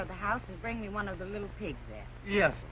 of the house and bring me one of the little pigs that yes